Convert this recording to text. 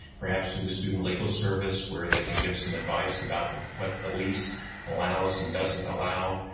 perhaps through the student legal service where they can give some advice about what what the lease allows and doesn't allow.